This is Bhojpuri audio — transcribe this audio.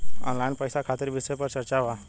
ऑनलाइन पैसा खातिर विषय पर चर्चा वा?